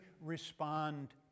respond